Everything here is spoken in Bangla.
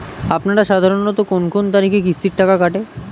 আপনারা সাধারণত কোন কোন তারিখে কিস্তির টাকা কাটে?